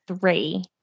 three